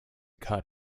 cut